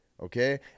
Okay